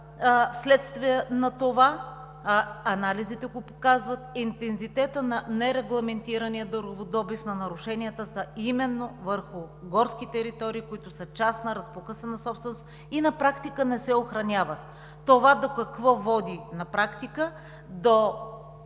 Следствие на това – анализите го показват, интензитетът на нерегламентирания дърводобив, на нарушенията са именно върху горски територии, които са частна разпокъсана собственост и на практика не се охраняват. До какво води това? До щета